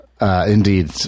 Indeed